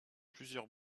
plusieurs